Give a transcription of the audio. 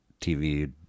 TV